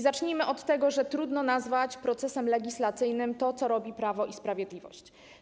Zacznijmy od tego, że trudno nazwać procesem legislacyjnym to, co robi Prawo i Sprawiedliwość.